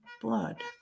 blood